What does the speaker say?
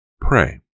pray